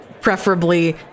preferably